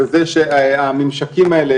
בזה שהממשקים האלה,